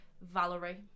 Valerie